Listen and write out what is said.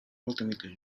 ultimately